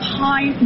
high